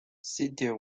sitio